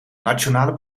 nationale